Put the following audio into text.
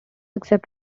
except